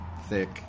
thick